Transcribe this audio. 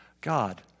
God